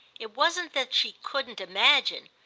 it wasn't that she couldn't imagine,